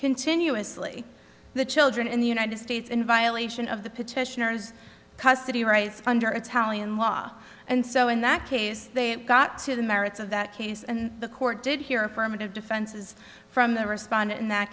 continuously the children in the united states in violation of the petitioners custody rights under italian law and so in that case they got to the merits of that case and the court did hear affirmative defenses from the respondent in that